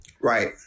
Right